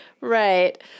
right